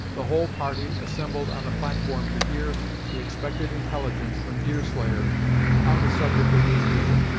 the whole party assembled on the platform to hear the expected intelligence from deerslayer on the subject of his visit.